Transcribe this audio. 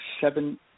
seven